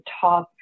top